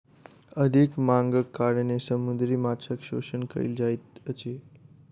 अधिक मांगक कारणेँ समुद्री माँछक शोषण कयल जाइत अछि